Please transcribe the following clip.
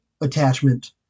attachment